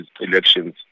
elections